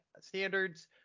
standards